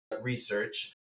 research